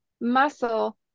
muscle